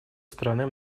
стороны